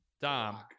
Dom